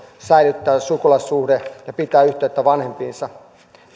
säilyttää sukulaissuhde ja pitää yhteyttä vanhempiinsa